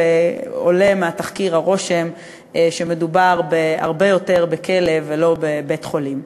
עולה מהתחקיר הרושם שמדובר הרבה יותר בכלא ולא בבית-חולים.